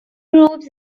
groups